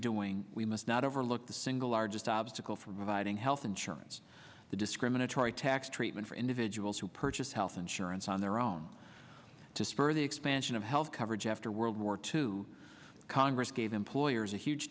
doing we must not overlook the single largest obstacle for guiding health insurance the discriminatory tax treatment for individuals who purchase health insurance on their own to spur the expansion of health coverage after world war two congress gave employers a huge